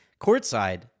courtside